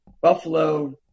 Buffalo